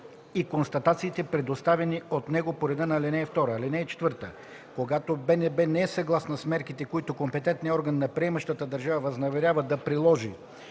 и констатациите, предоставени от него по реда на ал. 2. (4) Когато БНБ не е съгласна с мерките, които компетентният орган на приемащата държава възнамерява да приложи